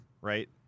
right